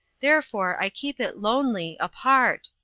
therefore i keep it lonely, apart.